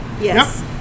Yes